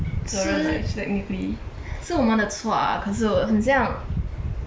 是是我们的错啊可是很像